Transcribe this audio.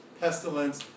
pestilence